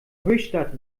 höchstadt